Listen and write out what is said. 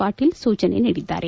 ಪಾಟಲ ಸೂಚನೆ ನೀಡಿದ್ದಾರೆ